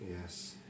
Yes